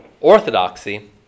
orthodoxy